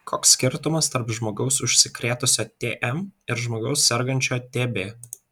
koks skirtumas tarp žmogaus užsikrėtusio tm ir žmogaus sergančio tb